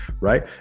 Right